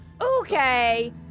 Okay